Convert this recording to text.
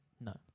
No